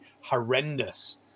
horrendous